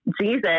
Jesus